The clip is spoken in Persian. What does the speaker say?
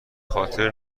خاطر